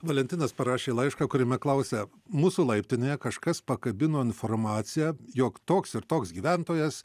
valentinas parašė laišką kuriame klausia mūsų laiptinėje kažkas pakabino informaciją jog toks ir toks gyventojas